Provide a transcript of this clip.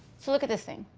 so look at this thing.